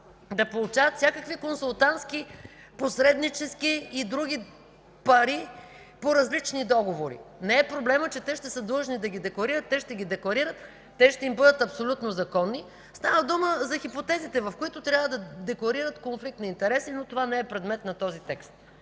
да получават всякакви консултантски, посреднически и други пари по различни договори. Не е проблемът, че те ще са длъжни да ги декларират. Те ще ги декларират, те ще им бъдат абсолютно законни. Става дума за хипотезите, в които трябва да декларират конфликт на интереси, но това не е предмет на този текст.